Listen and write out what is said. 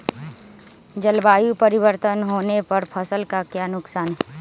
जलवायु परिवर्तन होने पर फसल का क्या नुकसान है?